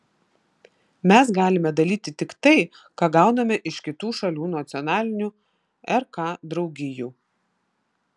mes galime dalyti tik tai ką gauname iš kitų šalių nacionalinių rk draugijų